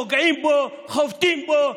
פוגעים בו, חובטים בו.